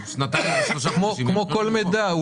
כמו כל מידע,